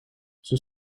zij